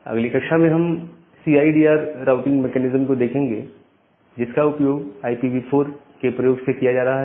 अगली कक्षा में हम सीआईडीआर राउटिंग मेकैनिज्म को देखेंगे जिसका उपयोग IPv4 के प्रयोग से किया जा रहा है